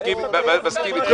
מסכים איתך.